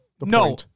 No